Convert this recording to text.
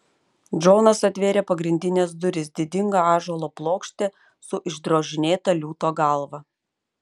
džonas atvėrė pagrindines duris didingą ąžuolo plokštę su išdrožinėta liūto galva